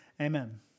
amen